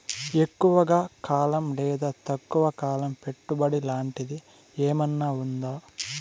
ఎక్కువగా కాలం లేదా తక్కువ కాలం పెట్టుబడి లాంటిది ఏమన్నా ఉందా